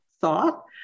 thought